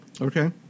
Okay